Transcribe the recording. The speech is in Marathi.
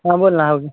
हां बोला ना ह